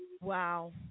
Wow